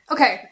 Okay